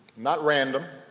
not random,